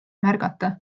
märgata